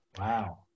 Wow